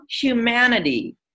humanity